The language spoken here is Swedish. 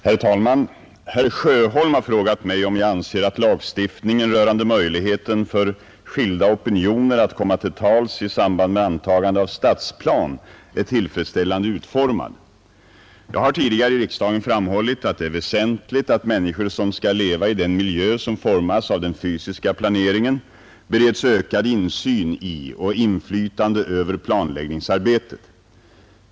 Herr talman! Herr Sjöholm har frågat mig om jag anser att lagstiftningen rörande möjligheten för skilda opinioner att komma till tals i samband med antagande av stadsplan är tillfredsställande utformad. Jag har tidigare i riksdagen framhållit att det är väsentligt att människor som skall leva i den miljö som formas av den fysiska planeringen bereds ökad insyn i och inflytande över planläggningsarbetet.